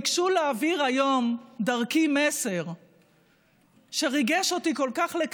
ואני מאחל לך שתדע לעשות את הדברים שידעת לעשות פה בעבר,